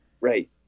right